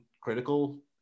critical